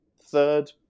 third